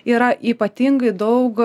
yra ypatingai daug